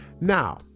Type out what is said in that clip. Now